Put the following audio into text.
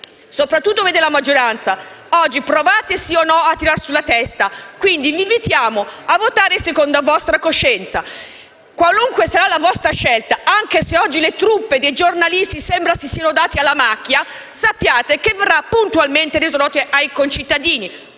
soprattutto voi della maggioranza oggi provate a tirare su la testa. Vi invitiamo a votare secondo vostra coscienza. Qualunque sarà la vostra scelta, anche se oggi le truppe dei giornalisti sembra si siano dati alla macchia, sappiate che verrà puntualmente resa nota ai concittadini;